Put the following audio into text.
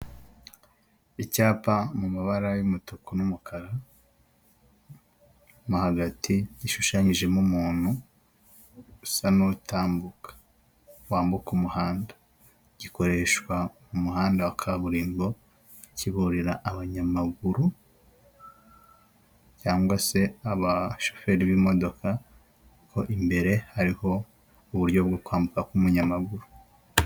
Icyapa mu mabara y'umutuku n'umukara, mo hagati gishushanyijemo umuntu usa n'utambuka wambuka umuhanda, gikoreshwa mu muhanda wa kaburimbo kiburira abanyamaguru cyangwa se abashoferi b'imodoka ko imbere hariho uburyo bwo kwambuka k'umunyamaguru.